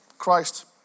Christ